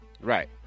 Right